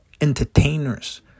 entertainers